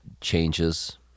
changes